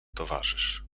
towarzysz